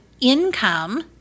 income